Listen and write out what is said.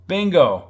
Bingo